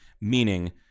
Meaning